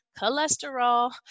Cholesterol